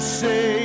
say